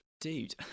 dude